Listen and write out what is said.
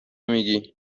میگیی